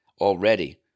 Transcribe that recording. already